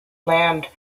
land